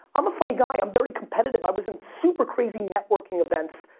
i'm a funny guy, i'm very competitive i was in super crazy networking events.